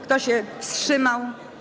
Kto się wstrzymał?